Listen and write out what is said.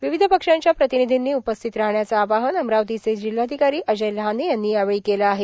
विविध पक्षांच्या प्रतिनिधींनी उपस्थित राहण्याचे आवाहन अमरावतीचे जिल्हाधिकारी अजय लहाने यांनी केले आहे